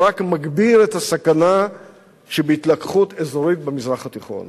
שרק מגביר את הסכנה שבהתלקחות אזורית במזרח התיכון.